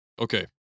Okay